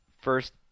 first